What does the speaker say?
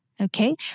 Okay